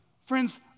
Friends